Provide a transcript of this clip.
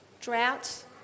drought